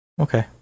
Okay